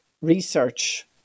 research